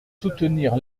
soutenir